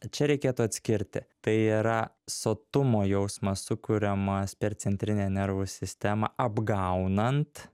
čia reikėtų atskirti tai yra sotumo jausmas sukuriamas per centrinę nervų sistemą apgaunant